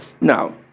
Now